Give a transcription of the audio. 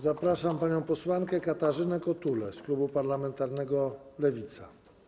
Zapraszam panią posłankę Katarzynę Kotulę, z klubu parlamentarnego Lewica.